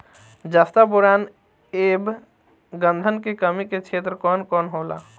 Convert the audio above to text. जस्ता बोरान ऐब गंधक के कमी के क्षेत्र कौन कौनहोला?